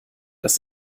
dass